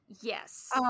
Yes